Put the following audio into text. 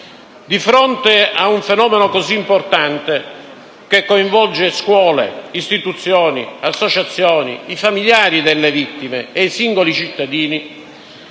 Di fronte a un fenomeno così importante, che coinvolge, scuole, istituzioni, associazioni, i familiari delle vittime e i singoli cittadini,